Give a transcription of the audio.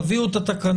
תביא את התקנות.